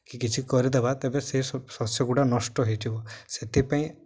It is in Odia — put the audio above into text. କି କିଛି କରିଦେବା ତେବେ ସେ ଶସ୍ୟଗୁଡା ନଷ୍ଟ ହୋଇଯିବ ସେଥିପାଇଁ